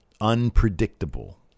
Unpredictable